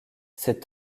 ses